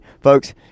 folks